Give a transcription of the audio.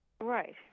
Right